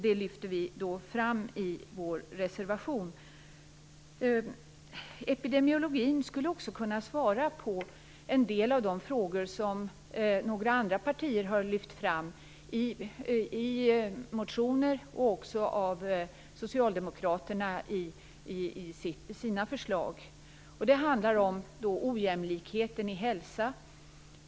Det lyfter vi fram i vår reservation. Epidemiologin skulle också kunna svara på en del av de frågor som några andra partier har lyft fram i motioner, och som också socialdemokraterna har lyft fram i sina förslag. Det handlar om ojämlikheten i fråga om hälsa.